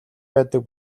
байдаг